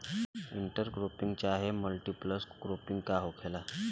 Inter cropping चाहे multiple cropping का होखेला?